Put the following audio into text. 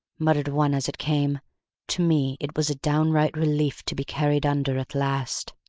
muttered one as it came to me it was a downright relief to be carried under at last.